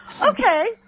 Okay